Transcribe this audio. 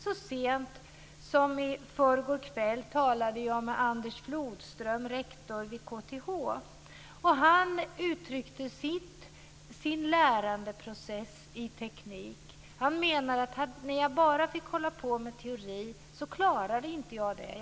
Så sent som i förrgårkväll talade jag med Anders Flodström, rektor vid KTH. Han uttryckte sin lärandeprocess i teknik och sade: När jag bara fick hålla på med teori klarade jag inte det.